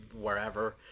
wherever